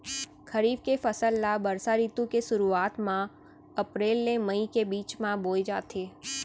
खरीफ के फसल ला बरसा रितु के सुरुवात मा अप्रेल ले मई के बीच मा बोए जाथे